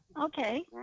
Okay